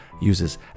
uses